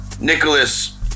Nicholas